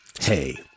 hey